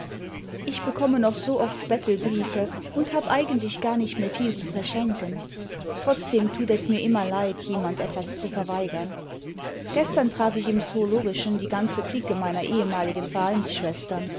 ich bekomme noch so oft bettelbriefe und hab eigentlich gar nicht mehr viel zu verschenken trotzdem tut es mir immer leid jemand etwas zu verweigern gestern traf ich im zoologischen die ganze clique meiner ehemaligen